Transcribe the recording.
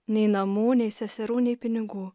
nei namų nei seserų nei pinigų